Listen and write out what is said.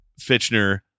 Fitchner